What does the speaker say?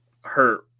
hurt